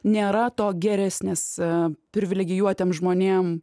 nėra to geresnis privilegijuotiem žmonėm